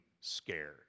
scared